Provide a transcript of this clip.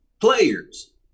players